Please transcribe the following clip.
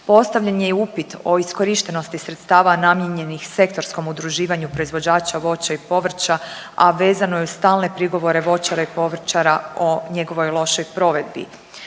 Postavljen je i upit o iskorištenosti sredstava namijenjenih sektorskom udruživanju proizvođača voća i povrća, a vezano je uz stalne prigovore voćara i povrćara o njegovoj lošoj provedbi.